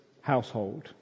household